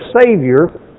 Savior